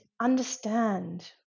understand